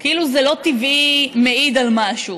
כאילו ש"זה לא טבעי" מעיד על משהו.